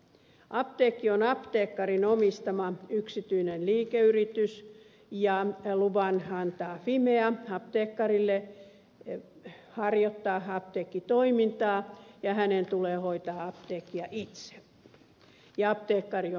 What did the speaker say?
apteekki on apteekkarin omistama yksityinen liikeyritys ja luvan antaa fimea apteekkarille harjoittaa apteekkitoimintaa ja hänen tulee hoitaa apteekkia itse ja apteekkari on proviisori